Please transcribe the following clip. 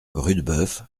rudebeuf